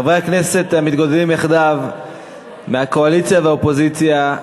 חברי הכנסת המתגודדים יחדיו מהקואליציה ומהאופוזיציה,